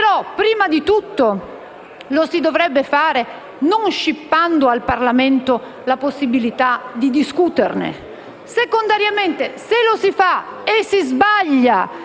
Però, prima di tutto lo si dovrebbe fare non scippando al Parlamento la possibilità di discuterne; secondariamente, se lo si fa e si sbaglia,